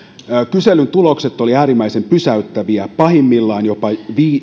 kyselyn tulokset olivat äärimmäisen pysäyttäviä pahimmillaan jopa